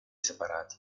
separati